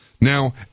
Now